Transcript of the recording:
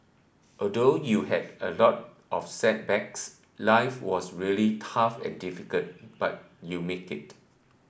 although you had a lot of setbacks life was really tough and difficult but you made it